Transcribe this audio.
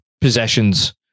possessions